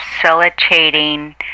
facilitating